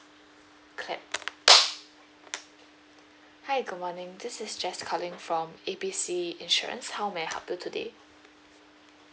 clap hi good morning this is jess calling from A B C insurance how may I help you today